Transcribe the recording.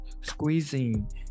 squeezing